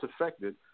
affected